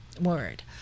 word